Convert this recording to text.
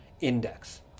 index